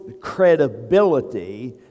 credibility